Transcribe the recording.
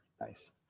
Nice